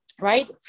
right